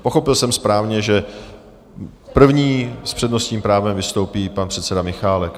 Pochopil jsem správně, že první s přednostním právem vystoupí pan předseda Michálek?